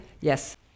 Yes